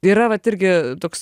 yra vat irgi toks